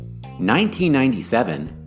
1997